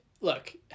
Look